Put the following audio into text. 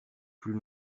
plus